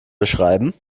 beschreiben